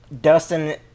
Dustin